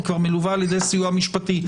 היא מלווה על ידי סיוע משפטי.